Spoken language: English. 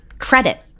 Credit